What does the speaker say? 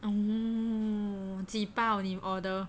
oh 几包你 order